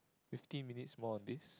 fifty minutes more of this